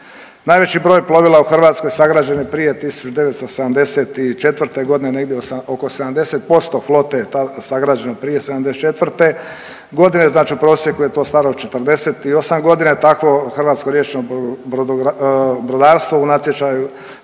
Najveći broj plovila u Hrvatskoj sagrađen je prije 1974. g., negdje oko 70% flote je sagrađeno prije '74. g., znači u prosjeku je to staro 48 godina i takvo hrvatsko riječno brodarstvo u natječaju